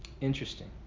interesting